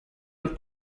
und